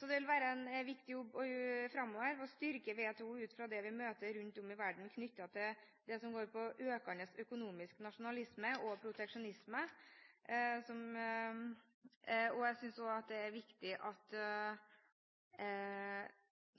Det vil være en viktig jobb framover å styrke WTO ut fra det vi møter rundt om i verden, knyttet til det som går på økende økonomisk nasjonalisme og proteksjonisme. Jeg synes også det er viktig,